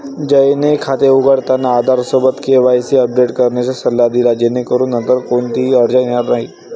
जयने खाते उघडताना आधारसोबत केवायसी अपडेट करण्याचा सल्ला दिला जेणेकरून नंतर कोणतीही अडचण येणार नाही